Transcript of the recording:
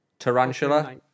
Tarantula